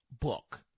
book